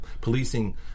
Policing